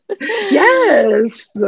Yes